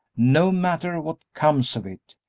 no matter what comes of it.